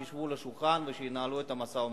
שישבו לשולחן וינהלו את המשא-ומתן.